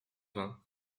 vingt